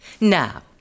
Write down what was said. Now